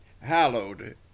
hallowed